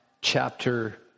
chapter